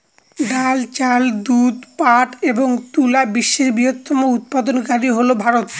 ডাল, চাল, দুধ, পাট এবং তুলা বিশ্বের বৃহত্তম উৎপাদনকারী হল ভারত